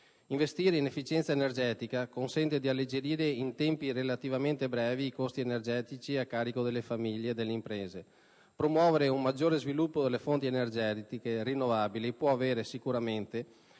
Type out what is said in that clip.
Investire in efficienza energetica consente di alleggerire, in tempi relativamente brevi, i costi energetici a carico delle famiglie e delle imprese. Promuovere un maggiore sviluppo delle fonti energetiche rinnovabili può avere - come